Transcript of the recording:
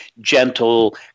gentle